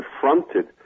confronted